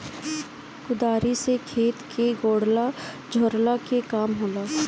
कुदारी से खेत के कोड़ला झोरला के काम होला